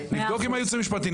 נבדוק עם הייעוץ המשפטי,